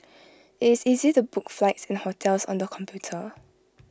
IT is easy to book flights and hotels on the computer